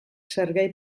serguei